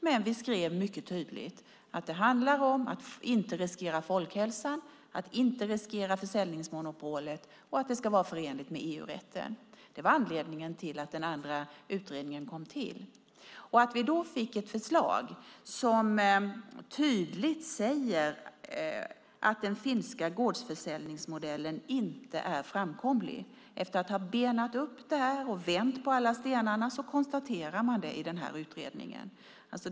Men vi skrev mycket tydligt att det handlar om att inte riskera folkhälsan eller försäljningsmonopolet och att det ska vara förenligt med EU-rätten. Det var anledningen till att den andra utredningen kom till. Vi fick då ett förslag som tydligt säger att den finska gårdsförsäljningsmodellen inte är framkomlig. Efter att ha benat upp det här och vänt på alla stenarna konstaterar man det i denna utredning.